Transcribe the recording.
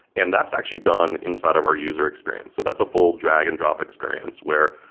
and that's actually done inside of our user experience. so that's a full drag-and-drop experience where,